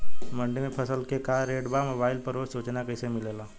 मंडी में फसल के का रेट बा मोबाइल पर रोज सूचना कैसे मिलेला?